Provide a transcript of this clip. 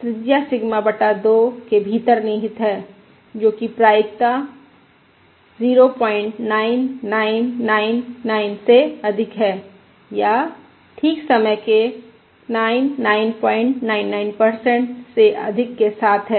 त्रिज्या सिग्मा बटा 2 के भीतर निहित है जो कि प्रायिकता 09999 से अधिक है या ठीक समय के 9999 से अधिक के साथ है